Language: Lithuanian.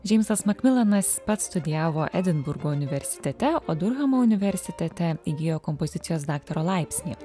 džeimsas makmilanas pats studijavo edinburgo universitete o durhamo universitete įgijo kompozicijos daktaro laipsnį